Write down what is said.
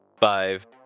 five